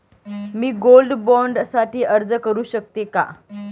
मी gold bond साठी अर्ज करु शकते का?